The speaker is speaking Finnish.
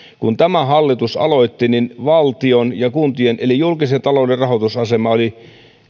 kun tämä hallitus aloitti niin valtion ja kuntien eli julkisen talouden rahoitusasema oli